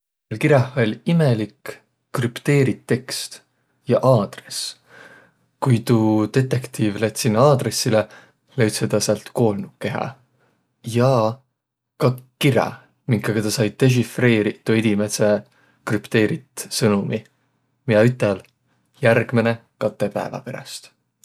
Sääl kiräh oll' imelik krüpteerit tekst ja aadrõs. Kui tuu detektiiv läts' sinnäq aadrõssilõ, löüdse tä säält koolnuqkehä ja ka kirä minkaga tä sai desifriiriq tuu edimädse krüpteerit sõnomi, miä ütel: "Järgmäne katõ päävä peräst."